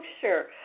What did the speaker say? sure